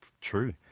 true